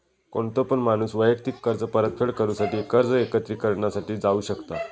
कोणतो पण माणूस वैयक्तिक कर्ज परतफेड करूसाठी कर्ज एकत्रिकरणा साठी जाऊ शकता